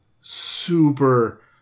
super